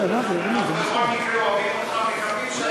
אנחנו בכל מקרה אוהבים אותך ומקווים שאתה,